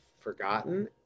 forgotten